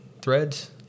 threads